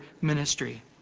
ministry